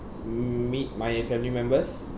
mm meet my family members